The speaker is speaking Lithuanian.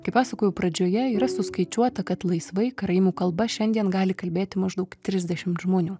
kaip pasakojau pradžioje yra suskaičiuota kad laisvai karaimų kalba šiandien gali kalbėti maždaug trisdešimt žmonių